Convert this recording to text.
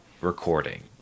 recording